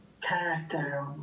character